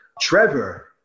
Trevor